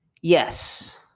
Yes